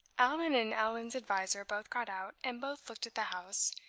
allan and allan's adviser both got out, and both looked at the house,